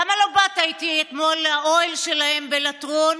למה לא באת איתי אתמול אל האוהל שלהם בלטרון?